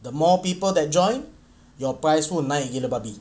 the more people that join your prize pun naik gila babi